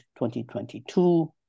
2022